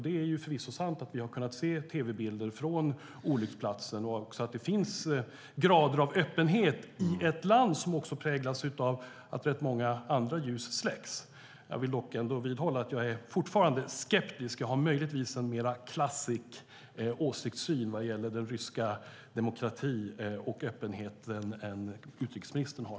Det är förvisso sant att vi har sett tv-bilder från olycksplatsen, att det finns grader av öppenhet i ett land som också präglas av att rätt många andra ljus släcks. Jag vill dock ändå vidhålla att jag fortfarande är skeptisk. Jag har möjligtvis en mer klassisk åsiktssyn vad gäller den ryska demokratin och öppenheten än utrikesministern har.